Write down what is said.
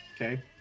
Okay